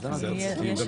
להצביע.